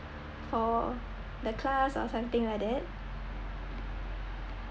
for the class or something like that